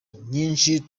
nyinshi